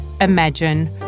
imagine